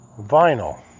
Vinyl